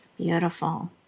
Beautiful